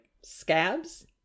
Scabs